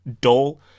dull